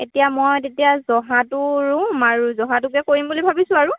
এতিয়া মই তেতিয়া জহাটো ৰুম আৰু জহাটোকে কৰিম বুলি ভাবিছোঁ আৰু